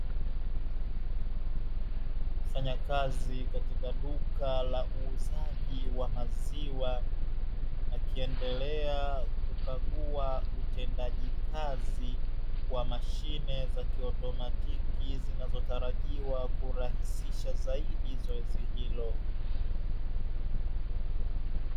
Mfanyakazi katika duka la uuzaji wa maziwa, akiendelea kukagua utendaji kazi wa mashine za kiautomatiki zinazotarajiwa kurahisisha zaidi zoezi hilo.